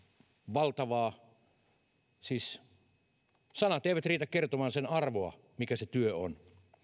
valtavaa siis sanat eivät riitä kertomaan sitä arvoa mikä sillä työllä on